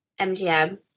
MGM